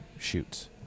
shoots